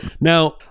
Now